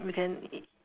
we can